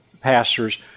pastors